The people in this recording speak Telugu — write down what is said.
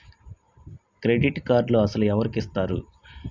క్రెడిట్ కార్డులు అసలు ఎవరికి ఇస్తారు?